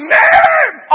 name